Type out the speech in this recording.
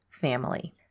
Family